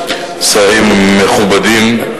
שרים מכובדים,